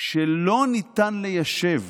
ולא ניתן ליישב